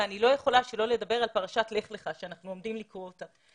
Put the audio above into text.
אני לא יכולה שלא לדבר על פרשת לך לך שאנחנו עומדים לקרוא אותה.